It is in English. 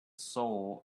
soul